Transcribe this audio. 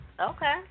Okay